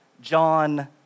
John